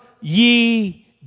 ye